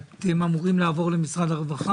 אתם אמורים לעבוד למשרד הרווחה?